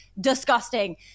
disgusting